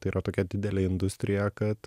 tai yra tokia didelė industrija kad